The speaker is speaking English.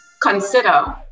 consider